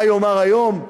מה יאמר היום?